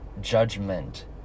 judgment